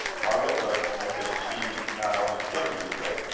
margaret looked as if she not only could believe it,